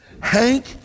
Hank